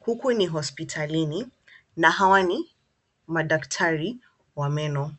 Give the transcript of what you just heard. Huku ni hospitalini na hawa ni madaktari wa meno.